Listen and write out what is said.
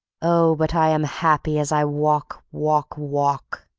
oh, but i am happy as i walk, walk, walk!